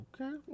Okay